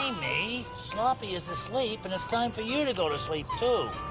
sloppy is asleep, and it's time for you to go to sleep too.